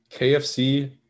KFC